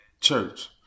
church